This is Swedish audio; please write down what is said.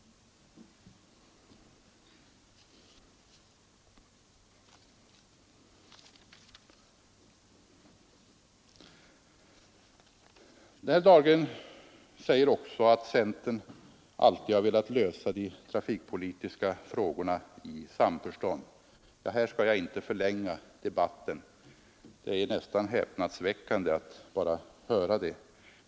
Herr Dahlgren säger också att centern alltid har velat lösa de trafikpolitiska frågorna i samförstånd. Här skall jag inte förlänga debatten, men det är nästan häpnadsväckande att höra det.